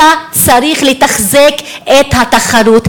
אתה צריך לתחזק את התחרות,